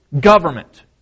government